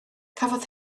cafodd